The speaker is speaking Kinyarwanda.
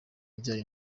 ijyanye